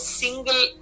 single